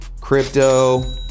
crypto